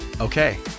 Okay